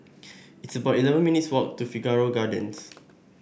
it's about eleven minutes' walk to Figaro Gardens